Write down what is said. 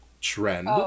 trend